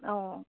অঁ